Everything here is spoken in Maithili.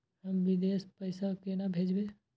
हम विदेश पैसा केना भेजबे?